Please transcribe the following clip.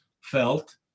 felt